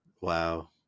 Wow